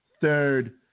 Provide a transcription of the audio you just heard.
Third